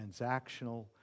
transactional